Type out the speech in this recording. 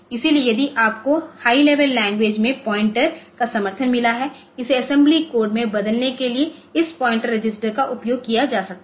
इसलिए यदि आपको हाई लेवल लैंग्वेज में पॉइंटर का समर्थन मिला है इसे असेंबली कोड में बदलने के लिए इस पॉइंटर रजिस्टर का उपयोग किया जा सकता है